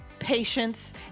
patience